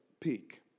peak